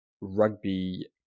rugby